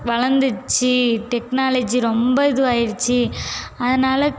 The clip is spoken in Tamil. வளந்திடுச்சி டெக்னாலஜி ரொம்ப இதுவாகிருச்சி அதனால்